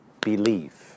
Believe